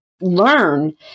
learn